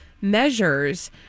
measures